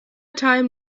time